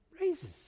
raises